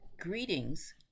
Greetings